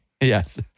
Yes